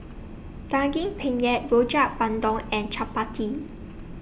Daging Penyet Rojak Bandung and Chappati